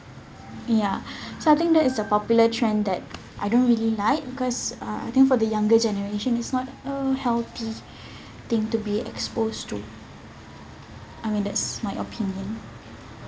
ya so I think that is a popular trend that I don't really like because uh I think for the younger generation is not a healthy thing to be exposed to I mean that's my opinion